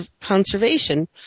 conservation